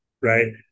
right